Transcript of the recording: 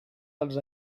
dels